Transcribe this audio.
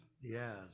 yes